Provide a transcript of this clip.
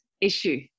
issue